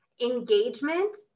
Engagement